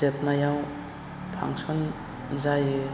जोबनायाव फांस'न जायो